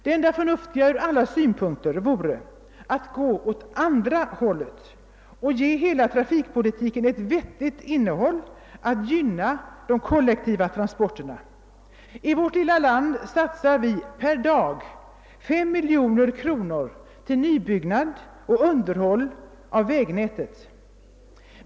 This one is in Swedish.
Det enda förnuftiga ur alla synpunkter vore att gå åt andra hållet och ge hela trafikpolitiken ett vettigt inne håll: att gynna de kollektiva transporterna. I vårt lilla land satsar vi per dag 5 miljoner kronor till nybyggnad och underhåll av vägnätet.